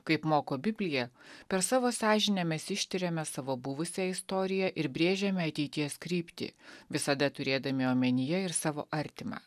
kaip moko biblija per savo sąžinę mes ištiriame savo buvusią istoriją ir brėžiame ateities kryptį visada turėdami omenyje ir savo artimą